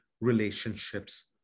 relationships